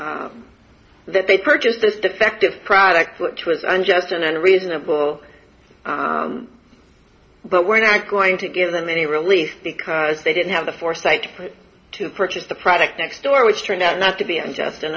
say that they purchased this defective product which was unjust and unreasonable but we're not going to give them any relief because they didn't have the foresight to purchase the product next door which turned out not to be unjust